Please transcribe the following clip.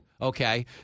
okay